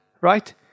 right